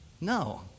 No